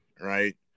right